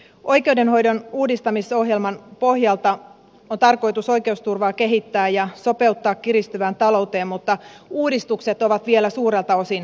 oikeudenhoidon uudistamisohjelman pohjalta on tarkoitus oikeusturvaa kehittää ja sopeuttaa kiristyvään talouteen mutta uudistukset ovat vielä suurelta osin toteuttamatta